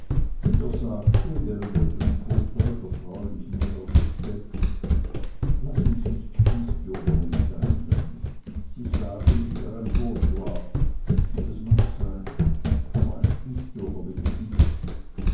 und er sagte während er den fauteuil vertraulich näher rückte laß uns nicht spießbürgerlich sein lanni sie sagen ich wär ein bourgeois und es mag sein aber ein spießbürger bin ich nicht